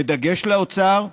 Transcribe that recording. בדגש על האוצר,